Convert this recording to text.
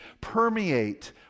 permeate